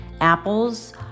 apples